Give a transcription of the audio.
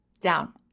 down